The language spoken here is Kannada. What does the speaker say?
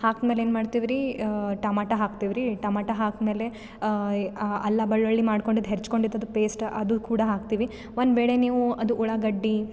ಹಾಕ್ಮೇಲೆ ಏನು ಮಾಡ್ತಿವ್ರಿ ಟಮಾಟ ಹಾಕ್ತಿವ್ರಿ ಟಮಾಟ ಹಾಕ್ದ ಮೇಲೆ ಅಲ್ಲ ಬಳ್ಳುಳ್ಳಿ ಮಾಡ್ಕೊಂಡಿದ್ದು ಹೆಚ್ಕೊಂಡಿದ್ದಿದ್ ಪೇಸ್ಟ್ ಅದು ಕೂಡ ಹಾಕ್ತಿವಿ ಒಂದುವೇಳೆ ನೀವು ಅದು ಉಳ್ಳಾಗಡ್ಡೆ